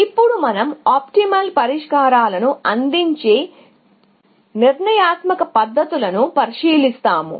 ఇప్పుడు మనము ఆప్టిమల్ పరిష్కారాలను అందించే నిర్ణయాత్మక పద్ధతులను కూడా పరిశీలిస్తాము